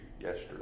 yesterday